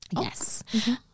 Yes